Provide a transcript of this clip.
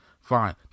fine